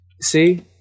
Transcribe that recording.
See